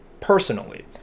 personally